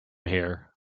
here